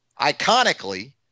iconically